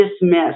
dismiss